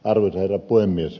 arvoisa herra puhemies